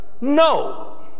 No